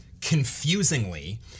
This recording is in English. confusingly